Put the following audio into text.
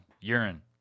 urine